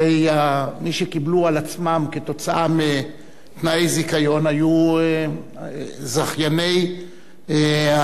הרי מי שקיבלו על עצמם כתוצאה מתנאי זיכיון היו זכייני הכבלים,